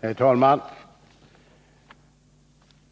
Herr talman!